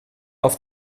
auf